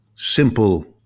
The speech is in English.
simple